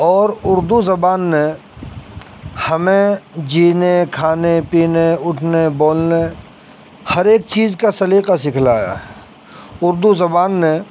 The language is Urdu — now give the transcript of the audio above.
اور اردو زبان نے ہمیں جینے کھانے پینے اٹھنے بولنے ہر ایک چیز کا سلیقہ سکھلایا ہے اردو زبان نے